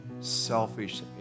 selfish